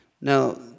Now